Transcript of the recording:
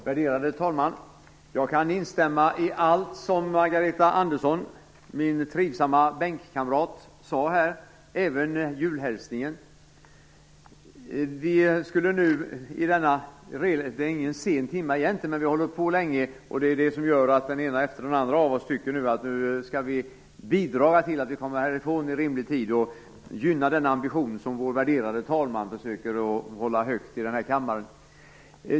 Värderade talman! Jag kan instämma i allt som Margareta Andersson, min trivsamma bänkkamrat, här sade, och även julhälsningen! Det är egentligen inte någon sen timma, men vi har debatterat länge. Det är det som gör att den ena efter den andra av oss tycker att vi nu skall bidra till att vi kommer härifrån i rimlig tid och gynna den ambition som vår värderade talman försöker att hålla högt i denna kammare.